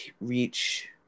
reach